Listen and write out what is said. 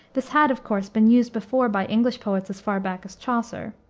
this had, of course, been used before by english poets as far back as chaucer.